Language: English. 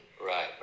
right